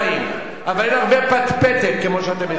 אבל אין הרבה פטפטת כמו שאתם מפטפטים.